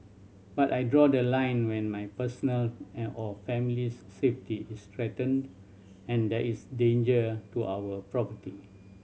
but I draw the line when my personal and or family's safety is threatened and there is danger to our property